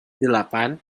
delapan